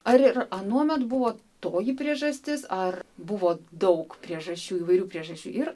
ar ir anuomet buvo toji priežastis ar buvo daug priežasčių įvairių priežasčių ir